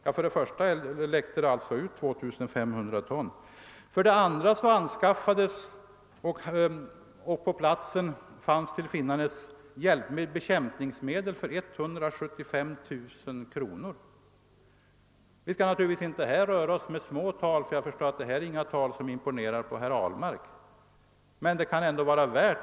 Men för det första läckte det alltså ut 2 500 ton, och för det andra anskaffades och fanns på platsen bekämpningsmedel för 175 000 kronor. Vi skall naturligtvis inte här röra oss med små tal, så jag förstår att detta inte är några tal som imponerar på herr Ahlmark.